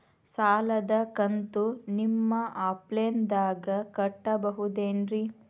ಸಾಲದ ಕಂತು ನಿಮ್ಮ ಆಫೇಸ್ದಾಗ ಕಟ್ಟಬಹುದೇನ್ರಿ?